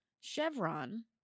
Chevron